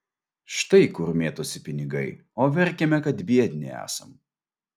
štai kur mėtosi pinigai o verkiame kad biedni esam